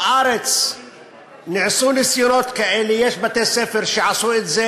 בארץ נעשו ניסיונות כאלה, יש בתי-ספר שעשו את זה